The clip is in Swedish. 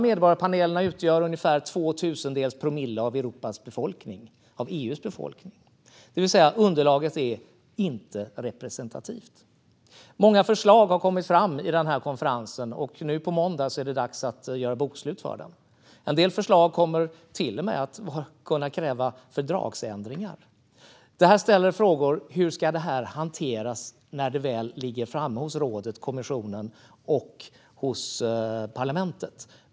Medborgarpanelerna utgör ungefär två tusendels promille av EU:s befolkning, det vill säga underlaget är inte representativt. Många förslag har kommit fram i konferensen, och nu på måndag är det dags att göra bokslut över den. En del förslag kommer till och med att kunna kräva fördragsändringar. Detta väcker frågor: Hur ska det här hanteras när det väl ligger framme hos rådet, kommissionen och parlamentet?